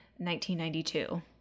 1992